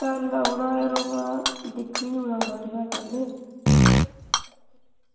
तां औना यरो दिक्खियै औना कल्ल